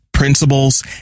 principles